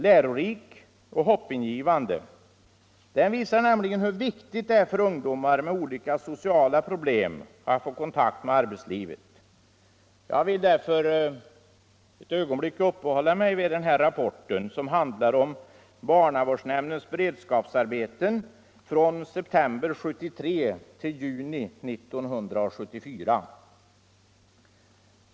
Lärorik och hoppingivande. Den visar nämligen hur viktigt det är för ungdomar med olika sociala problem att få kontakt med arbetslivet. Jag vill därför ett ögonblick uppehålla mig vid denna rapport, som handlar om barnavårdsnämndens beredskapsarbeten från september 1973 till juni 1974.